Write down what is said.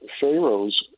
Pharaohs